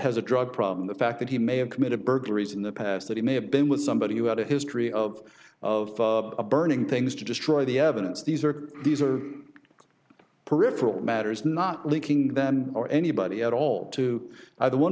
has a drug problem the fact that he may have committed burglaries in the past that he may have been with somebody who had a history of of burning things to destroy the evidence these are are these peripheral matters not leaking or anybody at all to either one